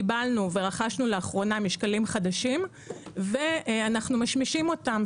רכשנו וקיבלנו לאחרונה משקלים חדשים ואנחנו משמישים אותם.